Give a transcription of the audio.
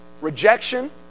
rejection